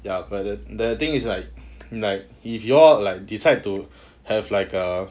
but the thing is like like if you all like decide to have like a